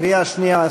בקריאה שנייה.